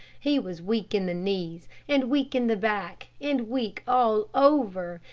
he was weak in the knees, and weak in the back, and weak all over,